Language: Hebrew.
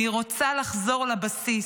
אני רוצה לחזור לבסיס,